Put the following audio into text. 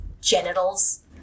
genitals